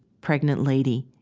pregnant lady,